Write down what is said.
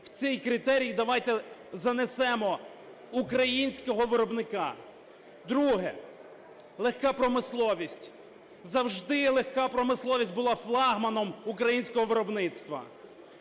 В цей критерій давайте занесемо українського виробника. Друге – легка промисловість. Завжди легка промисловість була флагманом українського виробництва.